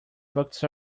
buckets